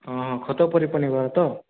ହଁ ହଁ ଖତ ପନିପରିବା ତ